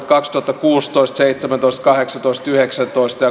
kaksituhattakuusitoista seitsemäntoista kahdeksantoista miinus yhdeksäntoista